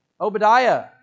Obadiah